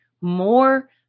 more